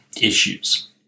issues